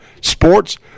sports